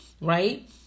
Right